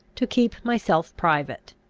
to keep myself private.